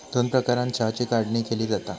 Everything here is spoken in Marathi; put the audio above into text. दोन प्रकारानं चहाची काढणी केली जाता